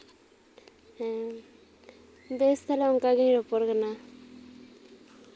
ᱦᱸ ᱵᱮᱥ ᱛᱟᱦᱞᱮ ᱚᱱᱠᱟ ᱜᱤᱧ ᱨᱚᱯᱚᱲ ᱠᱟᱱᱟ